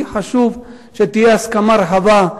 לי חשוב שתהיה הסכמה רחבה.